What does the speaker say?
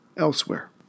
elsewhere